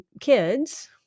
kids